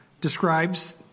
describes